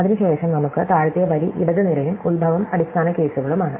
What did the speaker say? അതിനുശേഷം നമുക്ക് താഴത്തെ വരി ഇടത് നിരയും ഉത്ഭവം അടിസ്ഥാന കേസുകളുമാണ്